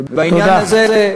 תודה.